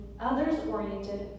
others-oriented